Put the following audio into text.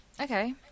Okay